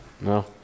No